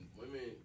women